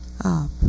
up